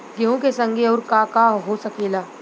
गेहूँ के संगे अउर का का हो सकेला?